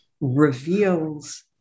reveals